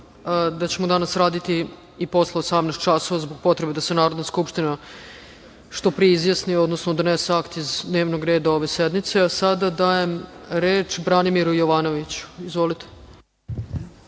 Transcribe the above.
da ćemo danas raditi i posle 18.00 časova, zbog potrebe da se Narodna skupština što pre izjasni, odnosno, donese akte iz dnevnog reda ove sednice. Reč ima narodni poslanik Branimir Jovanović. Izvolite.